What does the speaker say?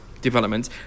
Development